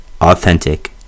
Authentic